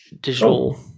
digital